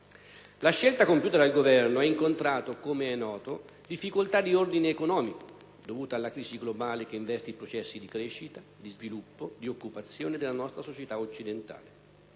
La scelta compiuta dal Governo ha incontrato, com'è noto, difficoltà di ordine economico dovute alla crisi globale che investe i processi di crescita, di sviluppo, di occupazione della nostra società occidentale.